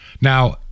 Now